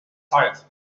zeit